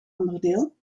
onderdeel